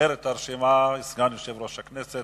סוגר את הרשימה סגן יושב-ראש הכנסת,